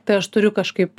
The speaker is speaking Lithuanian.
tai aš turiu kažkaip